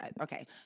Okay